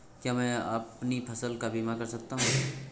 क्या मैं अपनी फसल का बीमा कर सकता हूँ?